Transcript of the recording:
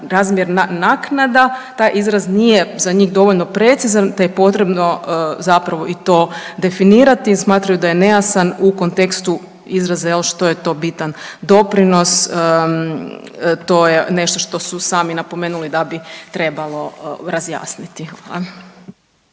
razmjerna naknada. Taj izraz nije za njih dovoljno precizan te je potrebno i to definirati. Smatraju da je nejasan u kontekstu izraza što je to bitan doprinos, to je nešto što su sami napomenuli da bi trebalo razjasniti.